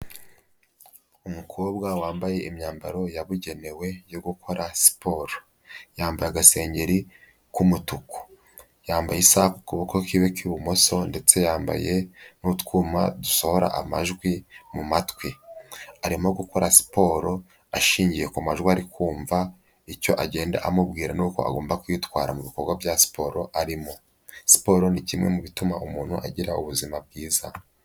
Umukobwa wambaye imyambaro yabugenewe yo gukora siporo. Yambaye agasengeri k'umutuku. Yambaye isaha ku kuboko kiwe k'ibumoso, ndetse yambaye n'utwuma dusohora amajwi mu mumatwi. Arimo gukora siporo ashingiye ku majwi ari kumva icyo agenda amubwira n'uko agomba kwitwara mu bikorwa bya siporo arimo. Siporo ni kimwe mu bituma umuntu agira ubuzima bwiza.